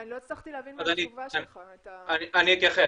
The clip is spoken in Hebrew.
אני לא הצלחתי להבין מהתשובה שלך --- אני אתייחס.